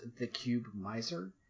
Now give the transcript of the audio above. TheCubeMiser